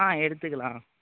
ஆ எடுத்துக்கலாம்